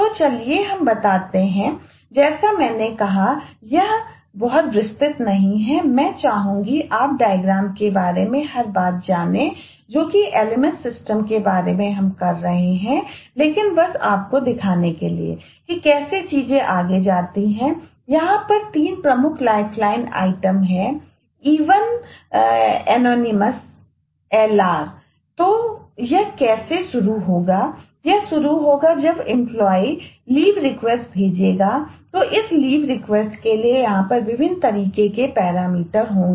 तो चलिए हम बताते हैं जैसा मैंने कहा यह बहुत विस्तृत नहीं है मैं चाहूंगा आप डायग्राम के लिए यहां पर विभिन्न तरीके के पैरामीटर होंगे